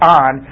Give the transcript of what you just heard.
on